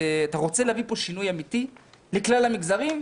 ואתה רוצה להביא פה שינוי אמיתי לכלל המגזרים,